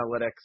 analytics